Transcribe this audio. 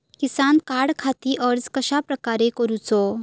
किसान कार्डखाती अर्ज कश्याप्रकारे करूचो?